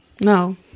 No